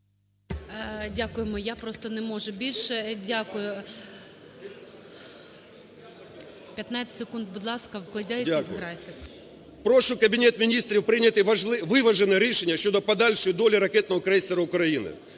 Дякуємо. Я просто не можу більше. Дякую. 15 секунд, будь ласка, вкладайтесь в графік. ЖОЛОБЕЦЬКИЙ О.О. Дякую. Прошу Кабінет Міністрів прийняти виважене рішення щодо подальшої долі ракетного крейсера "Україна".